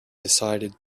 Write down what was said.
decided